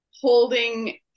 holding